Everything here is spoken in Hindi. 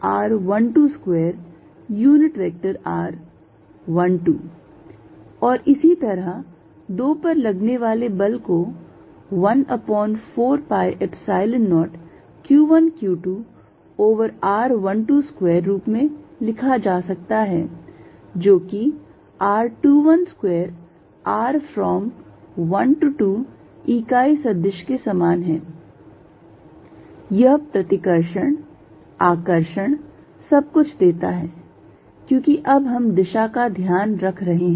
F114π0q1q2r122r12 और इसी तरह 2 पर लगने वाले बल को 1 over 4 pi Epsilon 0 q1 q2 over r12 square रूप में लिखा जा सकता है जो कि r21 square r from 1 to 2 इकाई सदिश के समान है यह प्रतिकर्षण आकर्षण सब कुछ देता है क्योंकि अब हम दिशा का ध्यान रख रहे हैं